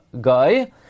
guy